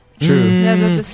True